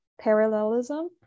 parallelism